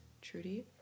Trudy